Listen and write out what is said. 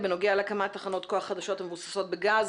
בנוגע להקמת תחנות כוח חדשות המבוססות בגז.